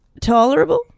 tolerable